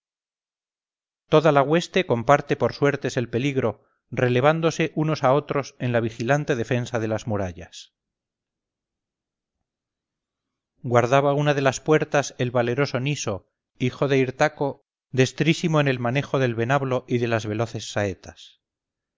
toda la hueste comparte por suertes el peligro relevándose unos a otros en la vigilante defensa de las murallas guardaba una de las puertas el valeroso niso hijo de hitarco destrísimo en el manejo del venablo y de las veloces saetas